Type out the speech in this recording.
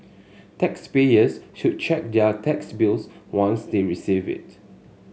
taxpayers should check their tax bills once they receive it